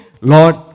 Lord